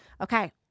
Okay